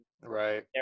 Right